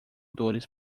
dores